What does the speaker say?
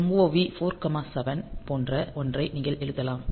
MOV 47 போன்ற ஒன்றை நீங்கள் எழுதலாம்